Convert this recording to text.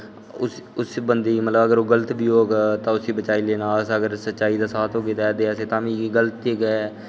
उस बंदे गी मतलब ओह् गल्त बी होग उस्सी बचाई लैना अस अगर सच्चाई दा साथ होगे देआ दे तां असें तां बी गल्त गै